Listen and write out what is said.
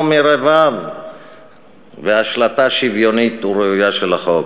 מרבב והשלטה שוויונית וראויה של החוק.